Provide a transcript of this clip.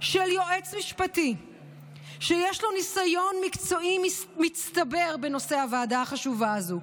של יועץ משפטי שיש לו ניסיון מקצועי מצטבר בנושא הוועדה החשובה הזו,